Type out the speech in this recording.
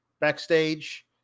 backstage